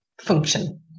function